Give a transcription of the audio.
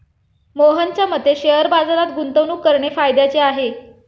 मोहनच्या मते शेअर बाजारात गुंतवणूक करणे फायद्याचे आहे